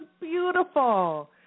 beautiful